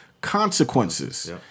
consequences